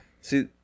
See